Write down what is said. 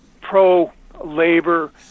pro-labor